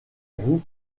roues